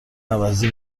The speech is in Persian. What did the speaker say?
عوضی